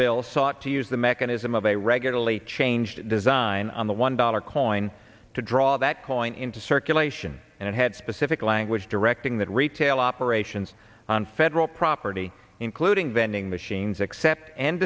bill sought to use the mechanism of a regularly changed design on the one dollar coin to draw that coin into circulation and it had specific language directing that retail operations on federal property including vending machines accept and